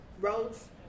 roads